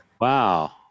Wow